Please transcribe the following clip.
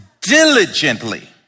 diligently